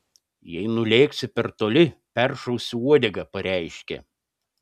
jei nulėksi per toli peršausiu uodegą pareiškė